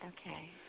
Okay